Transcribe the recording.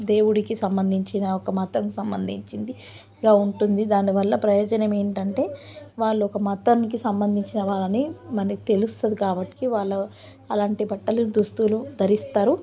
దేవుడికి సంబంధించిన ఒక మతం సంబంధించిందిగా ఉంటుంది దానివల్ల ప్రయోజనం ఏంటంటే వాళ్ళు ఒక మతానికి సంబంధించిన వాళ్ళని మనకి తెలుస్తుంది కాబట్టి వాళ్ళ అలాంటి బట్టలు దుస్తులు ధరిస్తారు